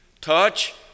touch